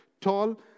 tall